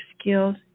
skills